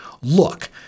Look